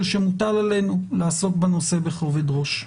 שמוטל עלינו לעסוק בנושא בכובד ראש.